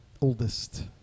Oldest